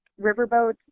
riverboat